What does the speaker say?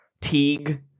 Teague